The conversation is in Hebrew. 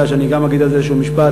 ואולי גם על זה אני אגיד איזה משפט.